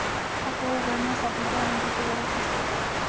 खाते उघडण्यासाठी गॅरेंटरची गरज असते का?